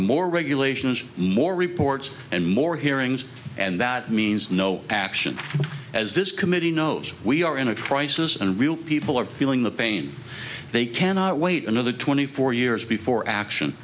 more regulations more reports and more hearings and that means no action as this committee knows we are in a crisis and real people are feeling the pain they cannot wait another twenty four years before action